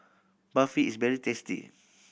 Barfi is very tasty